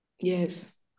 Yes